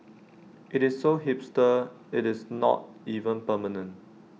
IT is so hipster IT is not even permanent